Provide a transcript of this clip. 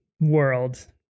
world